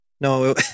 No